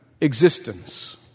existence